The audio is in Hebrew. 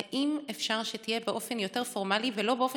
האם אפשר שתהיה באופן יותר פורמלי ולא באופן